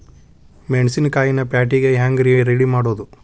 ಮೆಣಸಿನಕಾಯಿನ ಪ್ಯಾಟಿಗೆ ಹ್ಯಾಂಗ್ ರೇ ರೆಡಿಮಾಡೋದು?